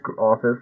Office